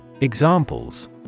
Examples